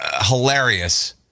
hilarious